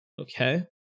Okay